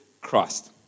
Christ